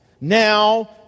Now